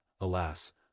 alas